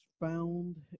found